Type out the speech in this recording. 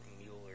Mueller